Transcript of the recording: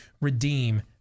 redeem